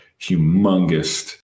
humongous